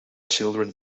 children